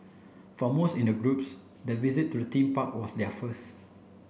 for most in the groups the visit to the theme park was their first